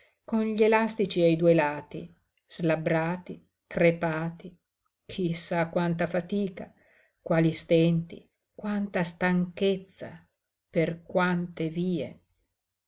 con gli elastici ai due lati slabbrati crepati chi sa quanta fatica quali stenti quanta stanchezza per quante vie